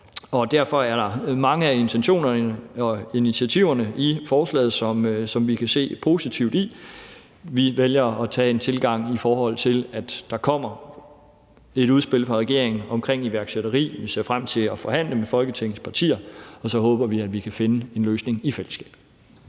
og derfor er der mange af intentionerne og initiativerne i forslaget, som vi kan se det positive i. Vi vælger at have en tilgang, hvor vi forholder os til, at der kommer et udspil fra regeringen omkring iværksætteri. Vi ser frem til at forhandle med Folketingets partier, og så håber vi, at vi kan finde en løsning i fællesskab.